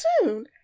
soon